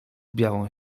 białą